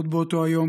עוד באותו יום,